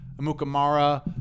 Amukamara